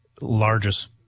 largest